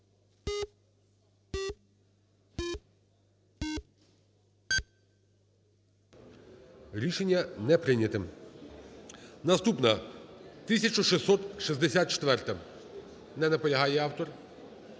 Рішення не прийняте. Наступна – 1664-а. Не наполягає автор.